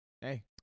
Hey